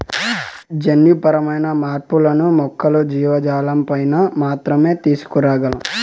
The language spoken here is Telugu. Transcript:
జన్యుపరమైన మార్పులను మొక్కలు, జీవజాలంపైన మాత్రమే తీసుకురాగలం